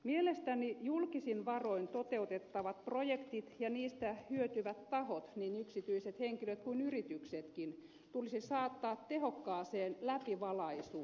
mielestäni julkisin varoin toteutettavat projektit ja niistä hyötyvät tahot niin yksityiset henkilöt kuin yrityksetkin tulisi saattaa tehokkaaseen läpivalaisuun